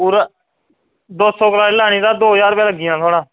वीर दौ सौ कलाड़ी लानी तां दौ ज्हार लग्गी जाना थुआढ़ा